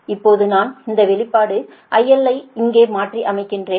இப்போது நான் இந்த வெளிப்பாடு IL ஐ இங்கே மாற்றி அமைக்கிறேன்